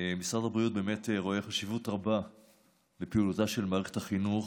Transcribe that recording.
משרד הבריאות באמת רואה חשיבות רבה בפעילותה של מערכת החינוך,